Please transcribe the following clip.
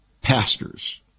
pastors